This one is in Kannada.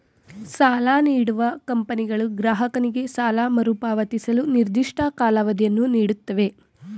ಸಾಲ ನೀಡುವ ಕಂಪನಿಗಳು ಗ್ರಾಹಕನಿಗೆ ಸಾಲ ಮರುಪಾವತಿಸಲು ನಿರ್ದಿಷ್ಟ ಕಾಲಾವಧಿಯನ್ನು ನೀಡುತ್ತವೆ